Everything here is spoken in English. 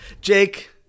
Jake